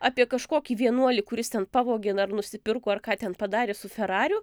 apie kažkokį vienuolį kuris ten pavogė na ar nusipirko ar ką ten padarė su ferariu